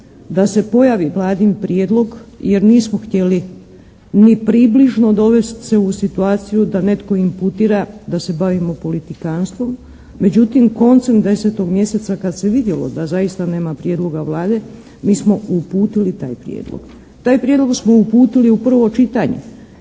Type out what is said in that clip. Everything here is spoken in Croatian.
da se pojavi Vladin prijedlog jer nismo htjeli ni približno dovest se u situaciju da netko imputira da se bavimo politikanstvom. Međutim, koncem desetog mjeseca kada se vidjelo da zaista nema prijedloga Vlade mi smo uputili taj prijedlog. Taj prijedlog smo uputili u prvo čitanje